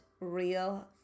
real